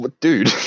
dude